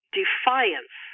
defiance